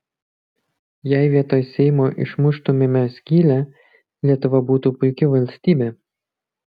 jei vietoj seimo išmuštumėme skylę lietuva būtų puiki valstybė